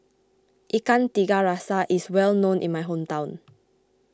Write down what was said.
Ikan Tiga Rasa is well known in my hometown